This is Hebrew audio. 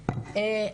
הכנסת.